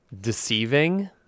deceiving